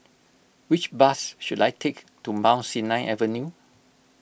which bus should I take to Mount Sinai Avenue